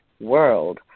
world